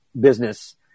business